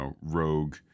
rogue